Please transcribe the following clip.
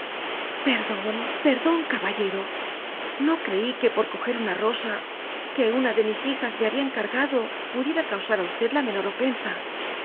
n perdou caballero j no ere que por coger una rosa que una de mis hijas me babia encargado pudiera causar á v la menor ofensa